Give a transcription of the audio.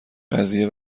قضیه